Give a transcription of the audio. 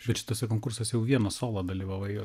bet šituose konkursas jau vienas solo dalyvavai